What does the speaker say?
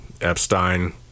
Epstein